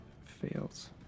fails